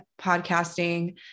podcasting